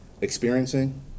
experiencing